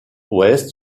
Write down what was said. ouest